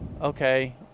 okay